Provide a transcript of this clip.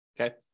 okay